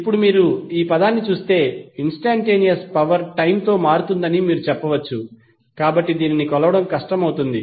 ఇప్పుడు మీరు ఈ పదాన్ని చూస్తే ఇన్స్టంటేనియస్ పవర్ టైమ్ తో మారుతుందని మీరు చెప్పవచ్చు కాబట్టి కొలవడం కష్టం అవుతుంది